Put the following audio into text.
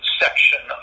section